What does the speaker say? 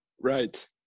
right